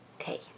Okay